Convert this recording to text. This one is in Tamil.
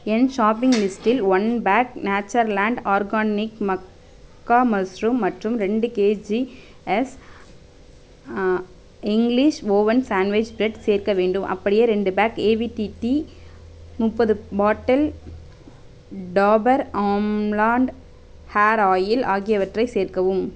என் ஷாப்பிங் லிஸ்ட்டில் ஒன் பேக் நேச்சர்லாண்ட் ஆர்கானிக் மக்கா மஸ்ரூம் மற்றும் ரெண்டு KGs English Oven sandwich bread சேர்க்க வேண்டும் அப்படியே ரெண்டு பேக் ஏவிடி டீ முப்பது bottle Dabur Amla hair oil ஆகியவற்றை சேர்க்கவும்